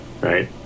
Right